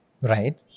Right